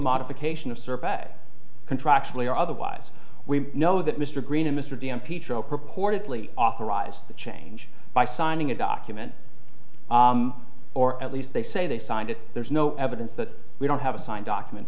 modification of survey contractually or otherwise we know that mr green and mr d m p tro purportedly authorized the change by signing a document or at least they say they signed it there's no evidence that we don't have a signed document